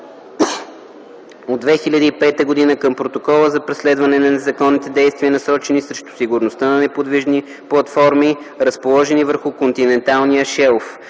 от 2005 г. към Протокола за преследване на незаконните действия, насочени срещу сигурността на неподвижни платформи, разположени върху континенталния шелф